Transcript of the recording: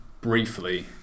briefly